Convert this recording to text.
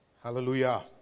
Hallelujah